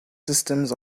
systems